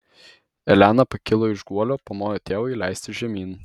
elena pakilo iš guolio pamojo tėvui leistis žemyn